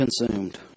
consumed